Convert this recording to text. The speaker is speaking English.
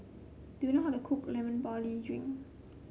do you know how to cook Lemon Barley Drink